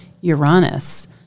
Uranus